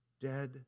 dead